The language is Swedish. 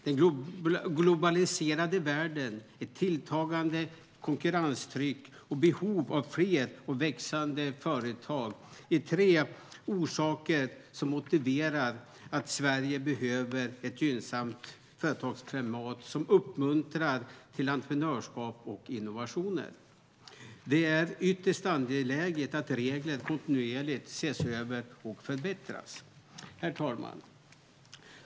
Den globaliserade världen med tilltagande konkurrenstryck och behov av fler och växande företag är tre orsaker som motiverar att Sverige behöver ett gynnsamt företagsklimat som uppmuntrar till entreprenörskap och innovationer. Det är ytterst angeläget att regler kontinuerligt ses över och förbättras. Herr talman!